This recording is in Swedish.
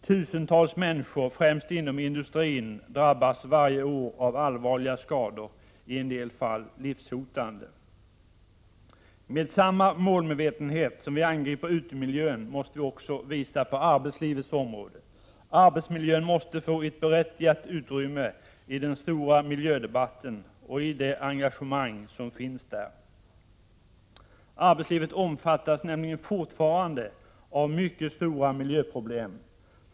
Tusentals människor, främst inom industrin, drabbas varje år av allvarliga skador, i en del fall livshotande. Samma målmedvetenhet som vi angriper utemiljön med måste vi också visa på arbetslivets område. Arbetsmiljön måste få ett berättigat utrymme i den stora miljödebatten och i det engagemang som finns där. Arbetslivet omfattas nämligen fortfarande av mycket stora miljöproblem.